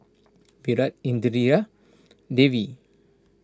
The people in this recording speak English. Virat Indira Devi